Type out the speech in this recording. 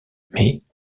mais